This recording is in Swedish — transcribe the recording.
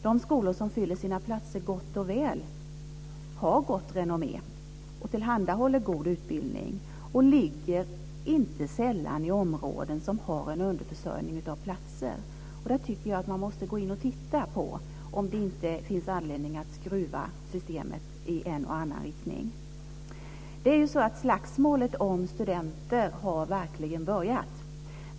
De skolor som fyller sina skolor gott och väl har gott renommé, tillhandahåller god utbildning och ligger inte sällan i områden som har en underförsörjning av platser. Därför tycker jag att man måste gå in och titta på om det inte finns anledning att skruva systemet i en eller annan riktning. Slagsmålet om studenter har verkligen börjat.